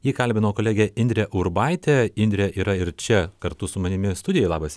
jį kalbino kolegė indrė urbaitė indrė yra ir čia kartu su manimi studijoje labas